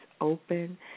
open